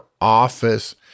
office